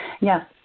Yes